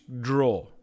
draw